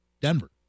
denver